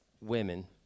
women